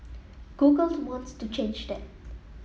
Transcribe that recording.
Googles wants to change that